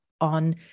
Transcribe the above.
on